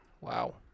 Wow